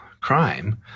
crime